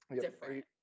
different